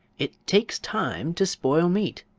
it takes time to spoil meat,